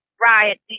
riot